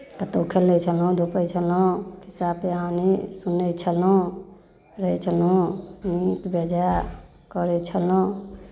कतहु खेलै छलहुँ धूपैत छलहुँ खिस्सा पिहानी सुनै छलहुँ रहैत छलहुँ नीक बेजाय करै छलहुँ